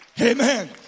Amen